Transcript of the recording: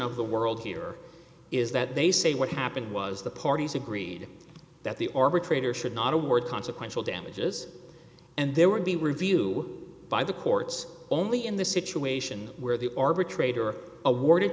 of the world here is that they say what happened was the parties agreed that the arbitrator should not award consequential damages and there would be review by the courts only in the situation where the arbitrator awarded